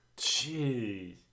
Jeez